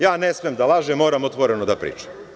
Ja ne smem da lažem, moram otvoreno da pričam.